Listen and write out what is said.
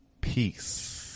peace